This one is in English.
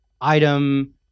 item